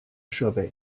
设备